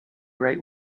right